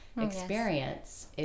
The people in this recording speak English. experience